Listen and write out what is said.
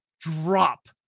drop